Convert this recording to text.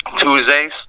Tuesdays